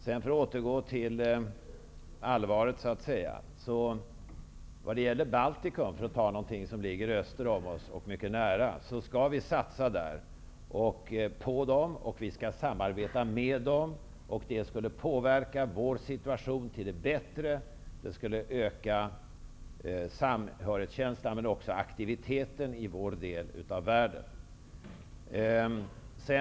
För att återgå till allvaret skall jag nämna Baltikum, för att ta något som ligger öster om oss och mycket nära. Vi skall satsa på Baltikum och vi skall samarbeta med balterna. Det skulle påverka vår situation till det bättre, och det skulle öka samhörighetskänslan men också aktiviteten i vår del av världen.